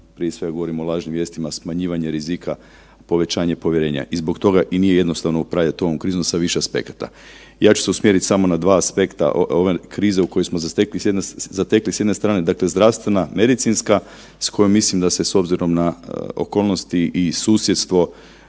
prije svega govorim o lažnim vijesti, smanjivanje rizika, povećanje povjerenja. I zbog toga i nije jednostavno upravljati ovom krizom sa više aspekata. Ja ću se usmjerit samo na dva aspekta ove krize u kojoj smo se zatekli, s jedne strane dakle zdravstvena, medicinska s kojom mislim da se s obzirom na okolnosti i susjedstvo